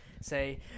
say